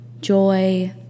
joy